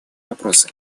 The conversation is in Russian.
вопросы